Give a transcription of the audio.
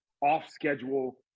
off-schedule